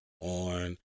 on